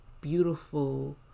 beautiful